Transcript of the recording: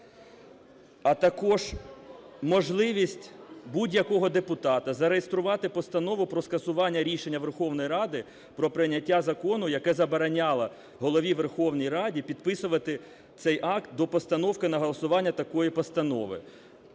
а також можливість будь-якого депутата зареєструвати постанову про скасування рішення Верховної Ради про прийняття закону, яке забороняло Голові Верховної Ради підписувати цей акт до постановки на голосування такої постанови.